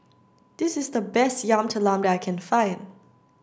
this is the best Yam Talam that I can find